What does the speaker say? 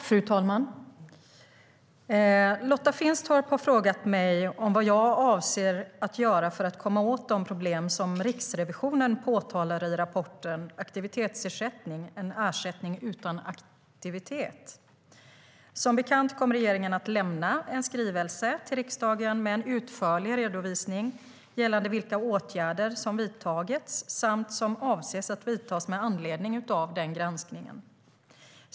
Fru talman! Lotta Finstorp har frågat mig vad jag avser att göra för att komma åt de problem som Riksrevisionen påtalar i rapporten Aktivitets ersättning - en ersättning utan aktivitet? Som bekant kommer regeringen att lämna en skrivelse till riksdagen med en utförlig redovisning gällande vilka åtgärder som vidtagits samt som avses att vidtas med anledning av denna granskning.